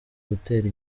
gutera